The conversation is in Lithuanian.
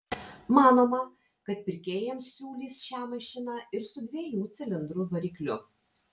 manoma kad pirkėjams siūlys šią mašiną ir su dviejų cilindrų varikliu